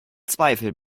zweifel